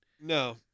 no